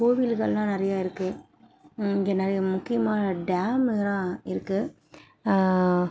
கோவிகளெலாம் நிறையா இருக்குது இங்கே நிறைய முக்கியமான டேமெலாம் இருக்குது